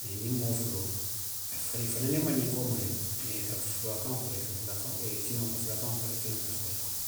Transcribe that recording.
Mee ňiŋ moo fuloo, i fanaŋ ye mandinkoo moyi le mee, i ka suruwaa kaŋo fo le, i ka fula kaŋo, kiliŋo ka fula kaŋo fo le kiliŋo ka suruwaa kaŋo fo.